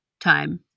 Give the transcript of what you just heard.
time